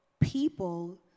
people